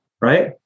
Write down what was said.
right